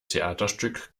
theaterstück